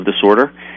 disorder